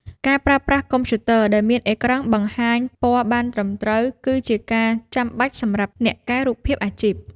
ការប្រើប្រាស់កុំព្យូទ័រដែលមានអេក្រង់បង្ហាញពណ៌បានត្រឹមត្រូវ គឺជាការចាំបាច់សម្រាប់អ្នកកែរូបភាពអាជីព។